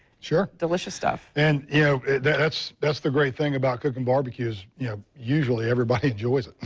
sure. delicious stuff. and yeah that's that's the great thing about cooking barbecue is yeah usually everybody enjoys